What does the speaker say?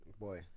boy